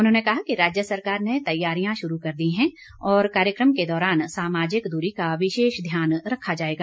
उन्होंने कहा कि राज्य सरकार ने तैयारियां शुरू कर दी हैं और कार्यक्रम के दौरान सामाजिक दूरी का विशेष ध्यान रखा जाएगा